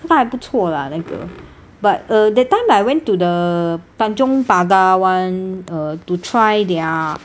不它还不错 lah 那个 but uh that time I went to the tanjong pagar [one] or to try their